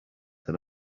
than